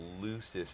loosest